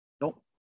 Nope